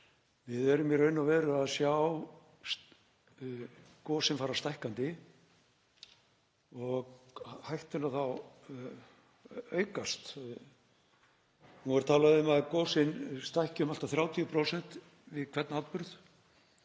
við erum í raun og veru að sjá gosin fara stækkandi og hættuna aukast. Nú er talað um að gosin stækki um allt að 30% við hvern atburð